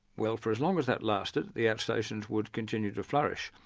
well for as long as that lasted the outstations would continue to flourish.